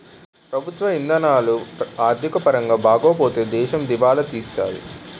ప్రభుత్వ ఇధానాలు ఆర్థిక పరంగా బాగోపోతే దేశం దివాలా తీత్తాది